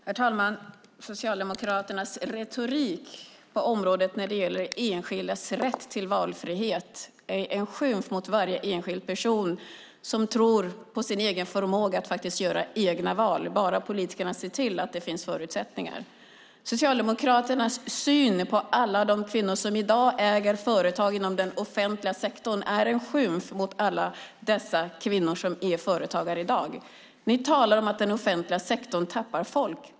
Herr talman! Socialdemokraternas retorik när det gäller enskildas rätt till valfrihet är en skymf mot varje enskild person som tror på sin förmåga att kunna göra egna val. Det gäller bara för politikerna att se till att det finns förutsättningar. Socialdemokraternas syn på alla de kvinnor som i dag äger företag inom den offentliga sektorn är en skymf mot dessa kvinnor. Socialdemokraterna säger att den offentliga sektorn tappar folk.